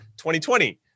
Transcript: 2020